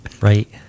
Right